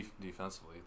Defensively